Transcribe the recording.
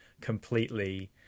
completely